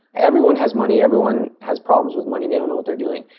everyone has money, everyone has problems with money, they do know what they are doing.